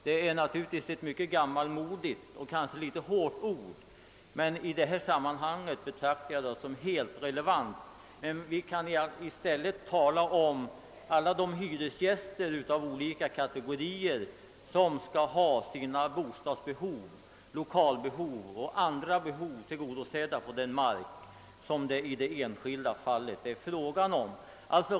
Det är naturligtvis ett mycket gammalmodigt och något hårt ord, men här betraktar jag det som helt relevant. Vi skall i stället tala om de hyresgäster av alla kategorier som skall ha sina bostadsbehov, lokalbehov och andra behov tillgodosedda på den mark som det i det enskilda fallet är fråga om.